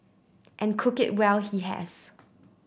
and cook it well he has